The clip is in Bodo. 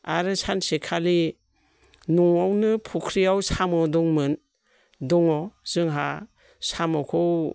आरो सानसेखालि न'आवनो फुख्रियाव साम' दंमोन दङ जोंहा साम'खौ